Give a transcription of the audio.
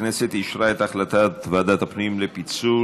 הכנסת אישרה את הצעת ועדת הפנים לפיצול.